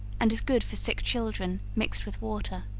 and is good for sick children, mixed with water.